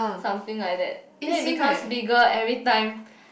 something like that then it becomes bigger every time